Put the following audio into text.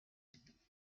nine